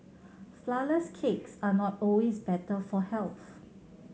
flourless cakes are not always better for health